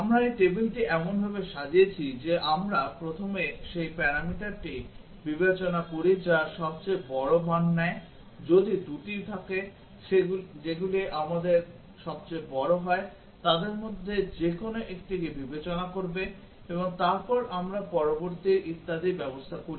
আমরা এই টেবিলটি এমনভাবে সাজিয়েছি যে আমরা প্রথমে সেই প্যারামিটারটি বিবেচনা করি যা সবচেয়ে বড় মান নেয় যদি 2 টি থাকে যেগুলি সবচেয়ে বড় হয় তাদের মধ্যে যেকোন একটিকে বিবেচনা করবে এবং তারপর আমরা পরবর্তী ইত্যাদি ব্যবস্থা করি